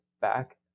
back